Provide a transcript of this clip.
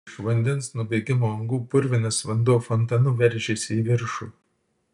iš vandens nubėgimo angų purvinas vanduo fontanu veržėsi į viršų